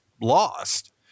lost